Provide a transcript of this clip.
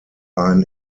ein